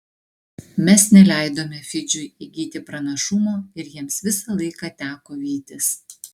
mes neleidome fidžiui įgyti pranašumo ir jiems visą laiką teko vytis